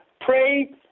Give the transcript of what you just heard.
pray